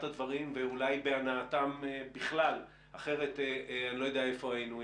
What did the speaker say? הדברים ואולי בהנעתם בכלל כי אחרת אני לא יודע היכן היינו.